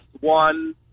one